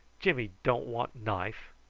jimmy don't want knife.